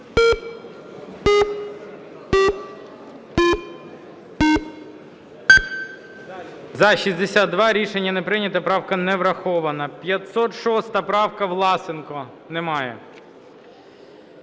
Рішення не прийнято. Правка не врахована. 506 правка, Власенко. Немає.